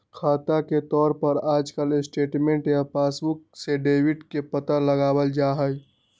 खाता के तौर पर आजकल स्टेटमेन्ट या पासबुक से डेबिट के पता लगावल जा हई